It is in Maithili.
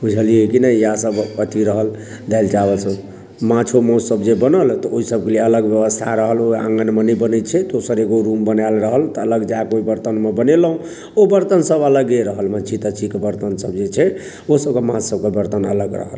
बुझलियै कि नहि इएह सभ अथी रहल दालि चावल सभ माछो मासु सभ जे बनल तऽ ओहि सभके अलग ब्यवस्था रहल ओ आँगन मे नहि बनै छै दोसर एगो रूम बनायल रहल तऽ अलग जाकऽ ओहि बर्तन मे बनेलहुॅं ओ बर्तन सभ अलगे रहल मच्छी तच्छी के बर्तन सभ जे छै ओ सभ आ माछ सभके बर्तन अलग रहल